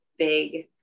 big